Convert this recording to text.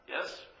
Yes